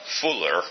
Fuller